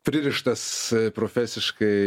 pririštas profesiškai